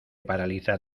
paraliza